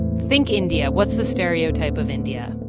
think india. what's the stereotype of india?